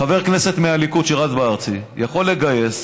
חבר כנסת מהליכוד שרץ בארצי יכול לגייס